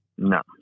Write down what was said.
No